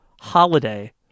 holiday